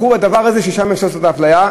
בחרו את הדבר ששם אפשר לעשות את האפליה.